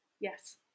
yes